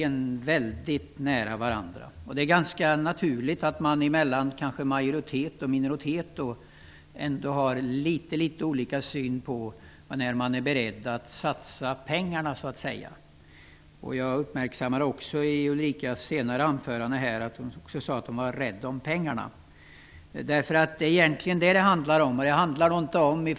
Men vi har ändå inom majoriteten respektive inom minoriteten litet olika syn på när man kan vara beredd att satsa pengar. Jag uppmärksammade i Ulrica Messings anförande att hon var rädd om pengarna. Det är egentligen det som det handlar om.